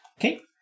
Okay